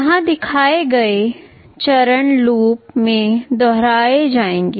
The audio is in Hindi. यहाँ दिखाए गए चरण लूप में दोहराए जाएंगे